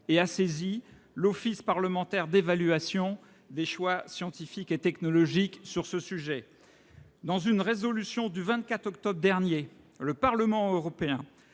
et a saisi l'Office parlementaire d'évaluation des choix scientifiques et technologiques sur ce sujet. Dans une résolution du 24 octobre dernier, le Parlement européen